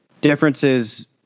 differences